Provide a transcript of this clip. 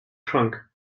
trunk